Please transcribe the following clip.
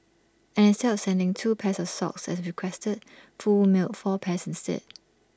and instead of sending two pairs of socks as requested Foo mailed four pairs instead